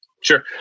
Sure